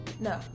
no